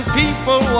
people